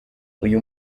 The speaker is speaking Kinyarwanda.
uyu